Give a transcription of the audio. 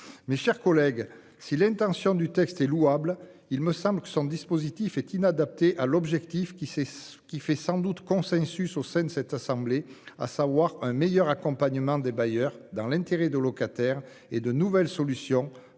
Mes chers collègues, si l'intention de l'auteur de ce texte est louable, le dispositif me semble inadapté à l'objectif qui fait sans doute consensus au sein de cette assemblée, à savoir un meilleur accompagnement des bailleurs, dans l'intérêt des locataires et de nouvelles solutions